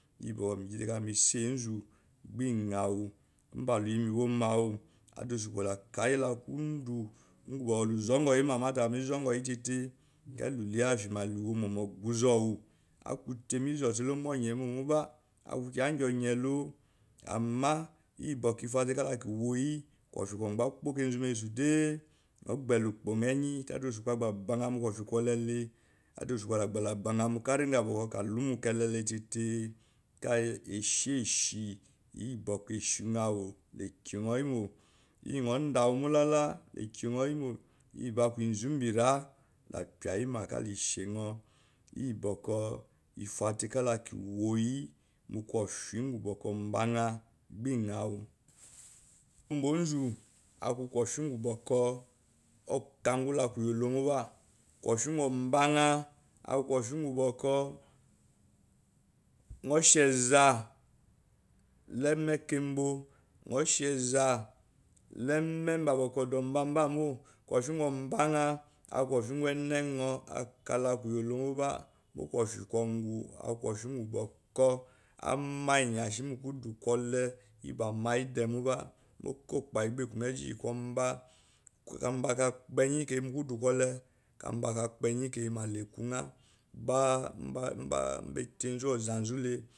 Iye bokour me gi te kalu meso enzu gba nyawu adausakpo la kayi la kondo ngu boko lu zon guryima matei ime tete akei luluye afima akute me zute lomonye momoba ama kaufie kongo gba kupo kezu masu de nyo gbele ukpo nyo eyen tei ada osukpo la banya mu kari ga bokon kalumukelelle tai eshishi lakyonyo himo iyi nyo dawumolola lakyo nyo mimo iyi bokur aku inumbera la puayem yima kalishinyo iyi bku ifate kalakiwoyi gba iyanwu koufie ngo mba onzu aku kiya ngi ba okangi la keleyimoba kofie ngo mbayam nyo she eza la eme kenbo nyo shi eza la eme mba bokoo odurmbamo enenyo akala keleyi mo kofie ko ngo ama nyashi mokudu kole iyi ba adamayi de moba okokpai gba eku meji hi konba kamba kakpeyi kai mukudu kole kanba kakpeyi kai malekunya